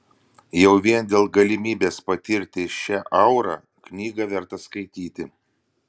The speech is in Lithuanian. jau vien dėl galimybės patirti šią aurą knygą verta skaityti